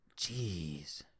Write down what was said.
Jeez